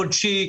חודשי,